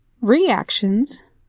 Reactions